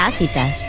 sita